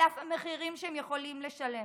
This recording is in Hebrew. על אף המחירים שהם יכולים לשלם.